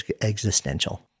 existential